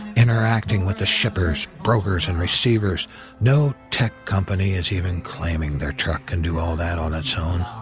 interacting with the shippers, brokers and receivers no tech company is even claiming their truck can do all that on its own.